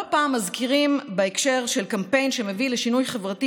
לא פעם מזכירים בהקשר של קמפיין שמביא לשינוי חברתי